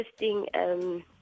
interesting